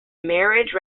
marriage